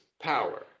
power